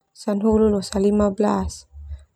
Sana hulu losa lima belas.